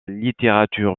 littérature